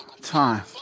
time